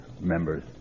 members